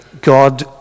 God